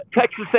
Texas